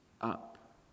up